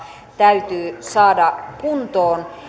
täytyy saada kuntoon